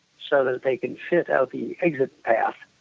so that they can fit out the exit path